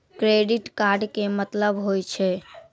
Credit card के मतलब होय छै?